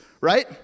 right